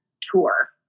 tour